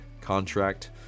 contract